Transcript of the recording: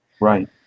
right